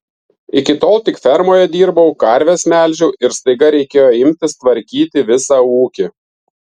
iki tol tik fermoje dirbau karves melžiau ir staiga reikėjo imtis tvarkyti visą ūkį